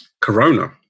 Corona